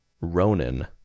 Ronan